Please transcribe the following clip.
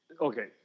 Okay